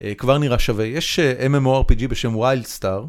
כבר נראה שווה, יש MMORPG בשם ויילד סטאר